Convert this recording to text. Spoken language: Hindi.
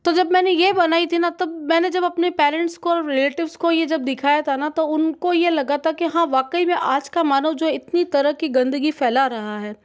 तो जब मैंने यह बनाई थी ना तब मैंने जब अपने पेरेंट्स को रिलेटिव्स को यह जब दिखाया था ना तो उनको यह लगा था कि हाँ वाकई में आज का मानव जो इतनी तरह की गंदगी फैला रहा है